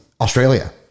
Australia